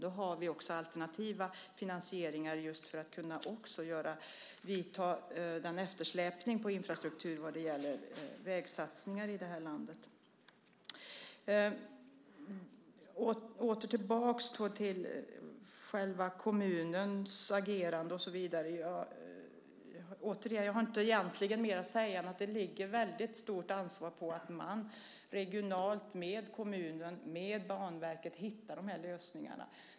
Då har vi också alternativa finansieringar, just för att även kunna ta itu med de eftersläpande vägsatsningarna i det här landets infrastruktur. Låt mig komma tillbaka till frågan om kommunens agerande. Återigen har jag egentligen inte mer att säga än att det ligger ett väldigt stort ansvar på regionen, kommunerna och Banverket att hitta de här lösningarna.